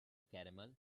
caramel